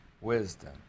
wisdom